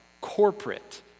corporate